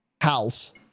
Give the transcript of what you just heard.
house